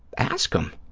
ask them.